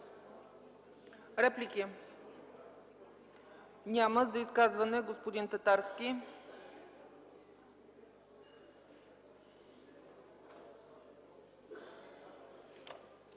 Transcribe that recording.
Реплики? Няма. За изказване – господин Татарски.